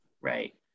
right